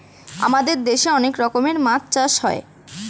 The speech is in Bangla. আমাদের দেশে অনেক রকমের মাছ চাষ করা হয়